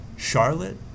Charlotte